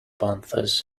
panthers